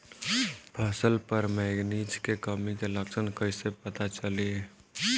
फसल पर मैगनीज के कमी के लक्षण कइसे पता चली?